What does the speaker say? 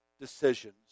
decisions